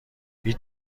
هیچ